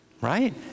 right